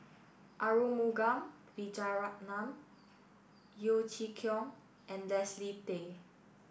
Arumugam Vijiaratnam Yeo Chee Kiong and Leslie Tay